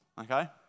Okay